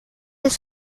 des